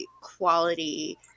quality